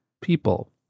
people